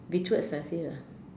be too expensive lah